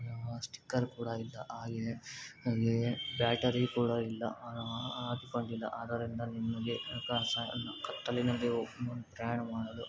sticker ಕೂಡ ಇಲ್ಲ ಹಾಗೆಯೇ ಹಾಗೆಯೇ ಬ್ಯಾಟರಿ ಕೂಡ ಇಲ್ಲ ಹಾಕಿಕೊಂಡಿಲ್ಲ ಆದ್ದರಿಂದ ನಿಮಗೆ ಕತ್ತಲಿನಲ್ಲಿ ಪ್ರಯಾಣ ಮಾಡಲು